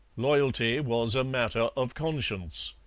loyalty was a matter of conscience.